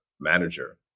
manager